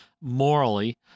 morally